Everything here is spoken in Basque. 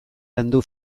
landu